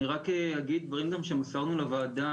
אני רק אגיד דברים גם שמסרנו לוועדה,